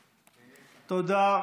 תודה.